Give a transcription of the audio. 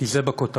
כי זה בכותרות.